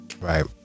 Right